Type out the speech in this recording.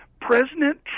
President